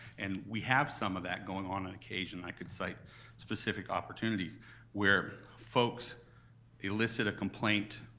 and we have some of that going on, on occasion. i could cite specific opportunities where folks elicit a complaint,